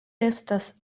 estas